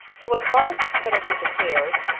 so when varus had settled these affairs,